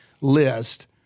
list